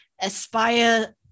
aspire